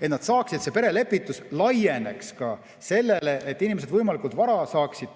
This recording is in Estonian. Et perelepitus laieneks ka sellele, et inimesed võimalikult vara saaksid